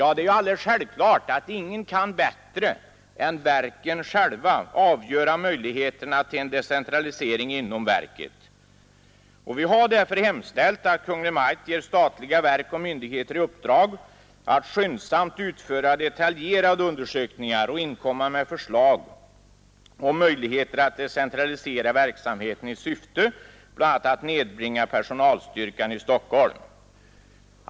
Ja, det är självklart att ingen kan bättre än verken själva avgöra möjligheterna till en decentralisering inom verket. Vi har därför hemställt att Kungl. Maj:t ger statliga verk och myndigheter i uppdrag att skyndsamt utföra detaljerade undersökningar och inkomma med förslag om möjligheter att decentralisera verksamheten i syfte bl.a. att nedbringa personalstyrkan i Stockholm.